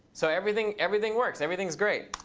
so everything everything works. everything's great.